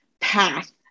path